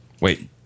Wait